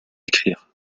écrire